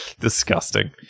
disgusting